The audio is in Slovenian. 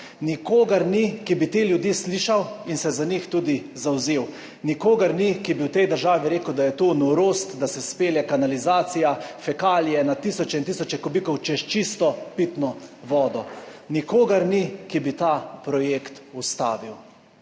Nikogar ni, ki bi te ljudi slišal in se za njih tudi zavzel. Nikogar ni, ki bi v tej državi rekel, da je to norost, da se spelje kanalizacijo, fekalije, na tisoče in tisoče kubikov, čez čisto pitno vodo. Nikogar ni, ki bi ta projekt ustavil.